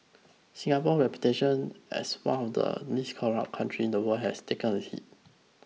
Singapore's reputation as one of the least corrupt countries in the world has taken a hit